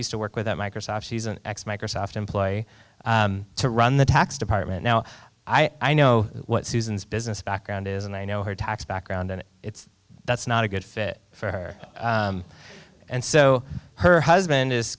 used to work with at microsoft she's an ex microsoft employee to run the tax department now i know what susan's business background is and i know her tax background and that's not a good fit for her and so her husband is